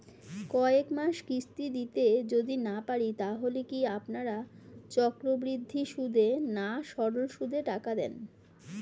কয়েক মাস কিস্তি দিতে যদি না পারি তাহলে কি আপনারা চক্রবৃদ্ধি সুদে না সরল সুদে টাকা দেন?